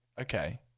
okay